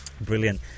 brilliant